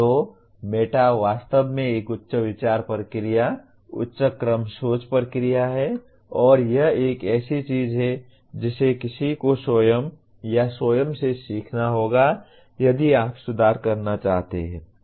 तो मेटा वास्तव में एक उच्च विचार प्रक्रिया उच्च क्रम सोच प्रक्रिया है और यह एक ऐसी चीज है जिसे किसी को स्वयं या स्वयं से सीखना होगा यदि आप सुधार करना चाहते हैं